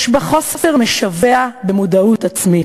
יש בה חוסר משווע במודעות עצמית.